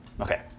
Okay